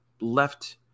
left